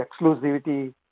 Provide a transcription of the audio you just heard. exclusivity